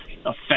affect